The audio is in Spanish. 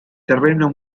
terreno